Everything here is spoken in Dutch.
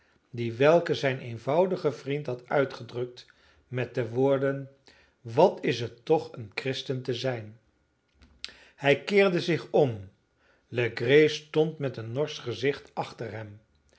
gedachte die welke zijn eenvoudige vriend had uitgedrukt met de woorden wat is het toch een christen te zijn hij keerde zich om legree stond met een norsch gezicht achter hem